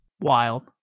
Wild